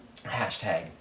Hashtag